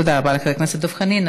תודה רבה לחבר הכנסת דב חנין.